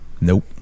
Nope